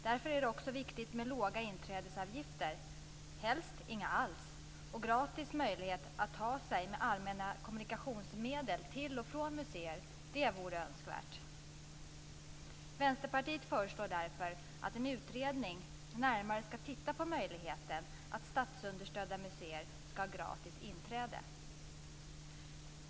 Därför är det också viktigt med låga inträdesavgifter, helst inga alls, och det vore önskvärt med gratis möjligheter att ta sig med allmänna kommunikationsmedel till och från museerna. Vänsterpartiet föreslår därför att en utredning närmare ska titta på möjligheten att statsunderstödda museer ska ha gratis inträde.